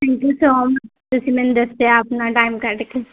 thank you so much ਤੁਸੀਂ ਮੈਨੂੰ ਦੱਸਿਆ ਆਪਣਾ ਟਾਈਮ ਕੱਢ ਕੇ